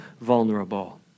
vulnerable